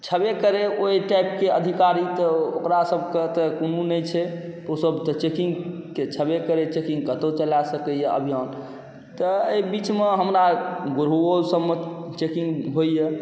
छेबे करै ओहि टाइपके अधिकारी तऽ ओकरासभकेँ तऽ कोनो नहि छै ओसभ तऽ चेकिंगके छेबे करै चेकिंग कतहु चला सकैए अभियान तैँ एहि बीचमे हमरा गुरहोल सभमे चेकिंग होइए